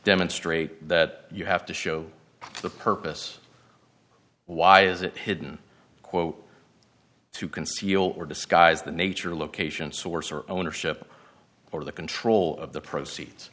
demonstrate that you have to show the purpose why is it hidden quote to conceal or disguise the nature location source or ownership or the control of the proceeds